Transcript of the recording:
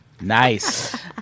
nice